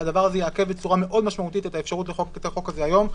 שהדבר הזה יעכב בצורה מאוד משמעותית את האפשרות לחוקק את החוק הזה היום,